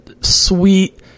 sweet